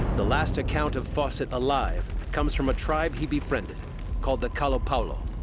the last account of fawcett alive comes from a tribe he befriended called the kalapalo.